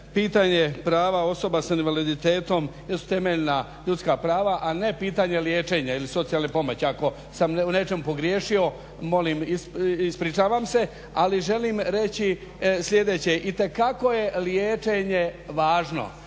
pitanje prava osoba s invaliditetom jesu temeljna ljudska prava, a ne pitanje liječenja ili socijalne pomoći. Ako sam u nečemu pogriješio ispričavam se, ali želim reći sljedeće itekako je liječenje važno